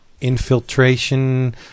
Infiltration